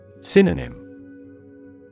Synonym